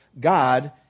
God